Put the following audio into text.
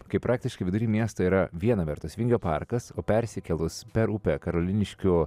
kai praktiškai vidury miesto yra viena vertus vingio parkas o persikėlus per upę karoliniškių